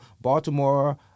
Baltimore